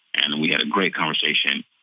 and we had a great conversation.